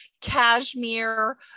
cashmere